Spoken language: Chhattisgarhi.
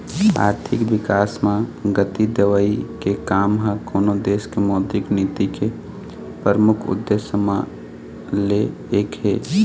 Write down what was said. आरथिक बिकास म गति देवई के काम ह कोनो देश के मौद्रिक नीति के परमुख उद्देश्य म ले एक हे